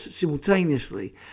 simultaneously